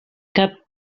cap